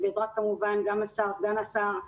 ובעזרת כמובן גם סגן השר,